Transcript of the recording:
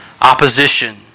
opposition